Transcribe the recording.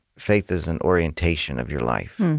faith is an orientation of your life,